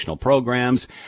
programs